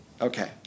Okay